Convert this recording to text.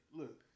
look